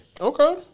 Okay